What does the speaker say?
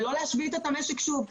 ולא להשבית את המשק שוב.